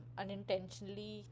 unintentionally